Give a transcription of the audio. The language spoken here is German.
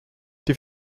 die